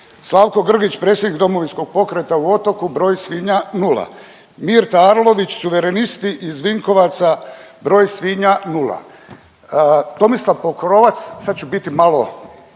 Slavko Grgić, predsjednik Domovinskog pokreta u Otoku, broj svinja 0. Mirta Arlović, Suverenisti iz Vinkovaca, broj svinja 0. Tomislav Pokrovac, sad ću biti malo